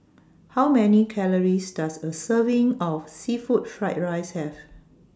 How Many Calories Does A Serving of Seafood Fried Rice Have